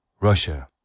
Russia